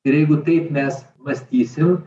ir jeigu taip mes mąstysim